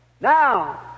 Now